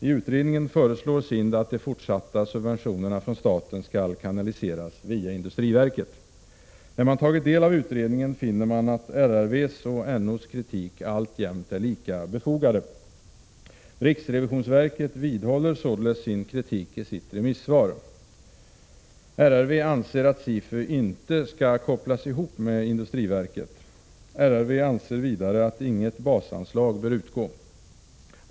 I utredningen föreslår SIND att de fortsatta subventionerna från staten skall kanaliseras via industriverket. När man tagit del av utredningen, finner man att RRV:s och NO:s kritik alltjämt är lika befogad. Riksrevisionsverket vidhåller således sin kritik i sitt remissvar. RRV anser att SIFU inte skall kopplas ihop med industriverket. RRV anser vidare att inget basanslag bör utgå.